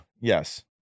Yes